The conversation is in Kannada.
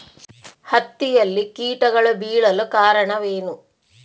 ಹತ್ತಿಯಲ್ಲಿ ಕೇಟಗಳು ಬೇಳಲು ಕಾರಣವೇನು?